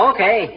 Okay